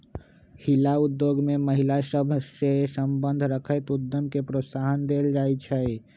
हिला उद्योग में महिला सभ सए संबंध रखैत उद्यम के प्रोत्साहन देल जाइ छइ